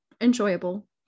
enjoyable